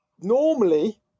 Normally